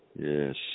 Yes